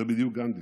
זה בדיוק גנדי: